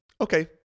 okay